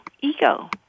ego